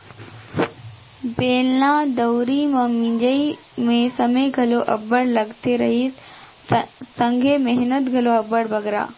बेलना दउंरी मे मिंजई मे समे घलो अब्बड़ लगत रहिस संघे मेहनत घलो अब्बड़ बगरा